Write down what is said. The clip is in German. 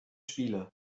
spiele